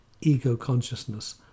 ego-consciousness